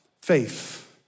faith